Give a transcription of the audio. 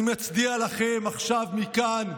אני מצדיע לכם עכשיו מכאן,